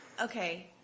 okay